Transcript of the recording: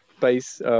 base